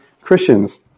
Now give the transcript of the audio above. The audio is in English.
Christians